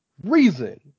reason